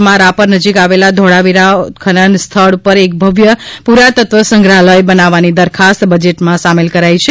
કચ્છ માં રાપર નજીક આવેલા ધોળા વીરા ઉત્ખનન સ્થળ ઉપર એક ભવ્ય પુરાતત્વ સંગ્રહાલથ બનાવવાની દરખાસ્ત બજેટ માં સામેલ કરાઇ છે